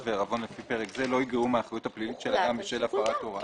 ועירבון לפי פרק זה לא יגרעו מאחריותו הפלילית של אדם בשל הפרת הוראה